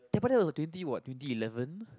but that was like twenty what twenty eleven